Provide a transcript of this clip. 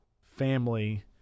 family